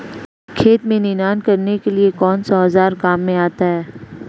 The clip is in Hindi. खेत में निनाण करने के लिए कौनसा औज़ार काम में आता है?